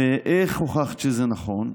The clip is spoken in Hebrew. ואיך הוכחת שזה נכון?